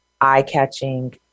eye-catching